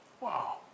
Wow